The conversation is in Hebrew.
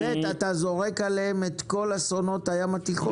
שנית, אתה זורק עליהם את כל אסונות הים התיכון.